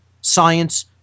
Science